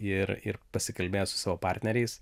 ir ir pasikalbėt su savo partneriais